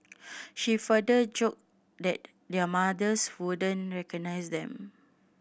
she further joked that their mothers wouldn't recognise them